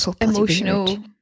emotional